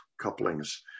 couplings